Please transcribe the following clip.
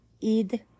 id